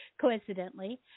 coincidentally